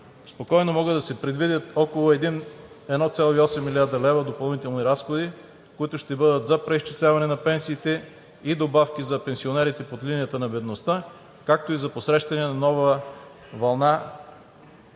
спокойно могат да се предвидят около 1,8 млрд. лв. допълнителни разходи, които ще бъдат за преизчисляване на пенсиите и добавки за пенсионерите под линията на бедността, както и за посрещане на нова вълна